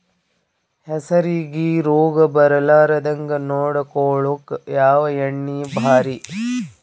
ಹೆಸರಿಗಿ ರೋಗ ಬರಲಾರದಂಗ ನೊಡಕೊಳುಕ ಯಾವ ಎಣ್ಣಿ ಭಾರಿ?